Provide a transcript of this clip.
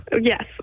Yes